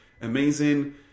amazing